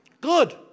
Good